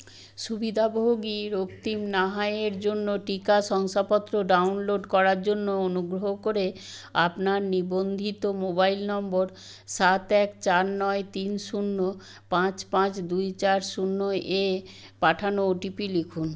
সুবিধাভোগী রক্তিম নাহা এর জন্য টিকা শংসাপত্র ডাউনলোড করার জন্য অনুগ্রহ করে আপনার নিবন্ধিত মোবাইল নম্বর সাত এক চার নয় তিন শূন্য পাঁচ পাঁচ দুই চার শূন্য এ পাঠানো ও টি পি লিখুন